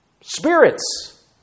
spirits